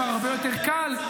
כבר הרבה יותר קל,